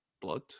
blood